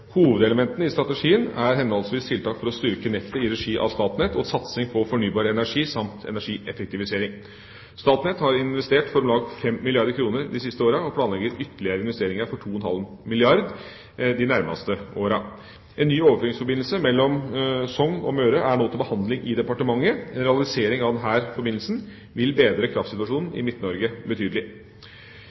Hovedelementene i strategien er henholdsvis tiltak for å styrke nettet i regi av Statnett, og satsing på fornybar energi og energieffektivisering. Statnett har investert for om lag 5 milliarder kr de siste årene, og de planlegger ytterligere investeringer for 2,5 milliarder kr de nærmeste årene. En ny overføringsforbindelse mellom Sogn og Møre er nå til behandling i departementet. En realisering av denne forbindelsen vil bedre kraftsituasjonen i Midt-Norge betydelig.